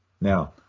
now